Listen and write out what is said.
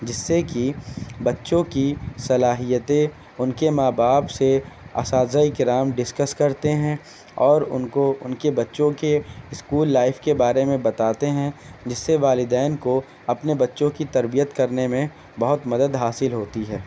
جس سے کہ بچوں کی صلاحیتیں ان کے ماں باپ سے اساتذۂ کرام ڈسکس کرتے ہیں اور ان کو ان کے بچوں کے اسکول لائف کے بارے میں بتاتے ہیں جس سے والدین کو اپنے بچوں کی تربیت کرنے میں بہت مدد حاصل ہوتی ہے